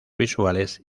visuales